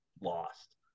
lost